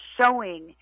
showing